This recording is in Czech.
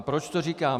Proč to říkám?